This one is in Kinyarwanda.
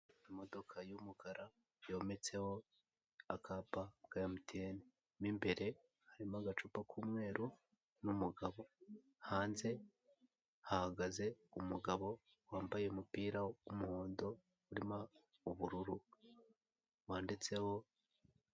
Imodoka y'umukara yometseho akapa ka MTN, mo imbere harimo agacupa k'umweru n'umugabo, hanze hahagaze umugabo wambaye umupira w'umuhondo urimo ubururu wanditseho.